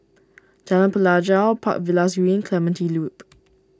Jalan Pelajau Park Villas Green Clementi Loop